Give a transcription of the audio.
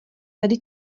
tady